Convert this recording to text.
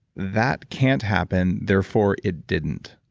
that can't happen, therefor it didn't.